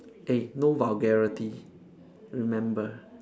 eh no vulgarity remember